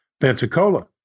Pensacola